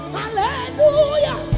hallelujah